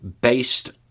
based